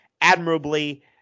admirably